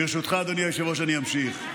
ברשותך, אדוני היושב-ראש, אני אמשיך.